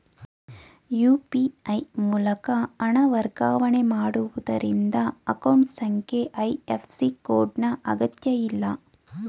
UPI ಮೂಲಕ ಹಣ ವರ್ಗಾವಣೆ ಮಾಡುವುದರಿಂದ ಅಕೌಂಟ್ ಸಂಖ್ಯೆ ಐ.ಎಫ್.ಸಿ ಕೋಡ್ ನ ಅಗತ್ಯಇಲ್ಲ